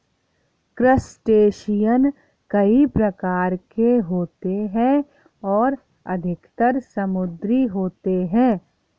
crustacean कई प्रकार के होते हैं और अधिकतर समुद्री होते हैं